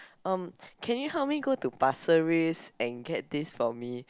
um can you help me go to pasir ris and get this for me